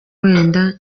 wenda